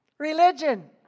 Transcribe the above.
religion